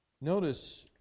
notice